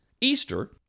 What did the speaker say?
Easter